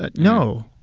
but no,